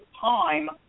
time